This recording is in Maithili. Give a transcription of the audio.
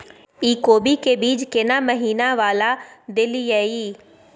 इ कोबी के बीज केना महीना वाला देलियैई?